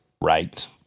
Right